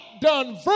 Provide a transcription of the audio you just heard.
done